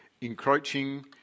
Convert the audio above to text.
encroaching